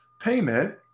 payment